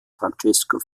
francesco